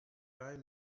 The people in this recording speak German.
leihe